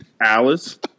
Alice